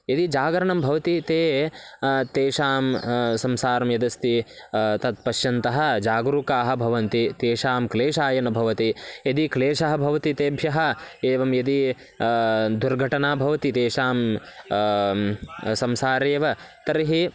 यदि जागरणं भवति ते तेषां संसारं यदस्ति तत् पश्यन्तः जागरूकाः भवन्ति तेषां क्लेशाय न भवति यदि क्लेशः भवति तेभ्यः एवं यदि दुर्घटना भवति तेषां संसारेव तर्हि